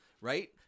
Right